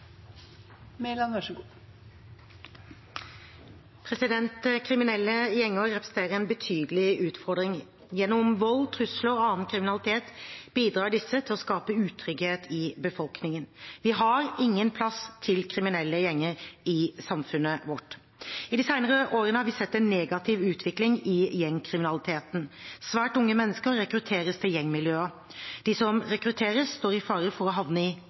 Kriminelle gjenger representerer en betydelig utfordring. Gjennom vold, trusler og annen kriminalitet bidrar disse til å skape utrygghet i befolkningen. Vi har ingen plass til kriminelle gjenger i samfunnet vårt. I de senere årene har vi sett en negativ utvikling i gjengkriminaliteten. Svært unge mennesker rekrutteres til gjengmiljøer. De som rekrutteres, står i fare for å havne i